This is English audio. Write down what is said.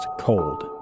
Cold